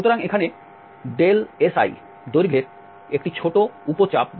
সুতরাং এখানে si দৈর্ঘ্যের একটি ছোট উপ চাপে